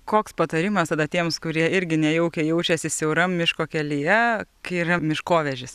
koks patarimas tada tiems kurie irgi nejaukiai jaučiasi siauram miško kelyje kai yra miškovežis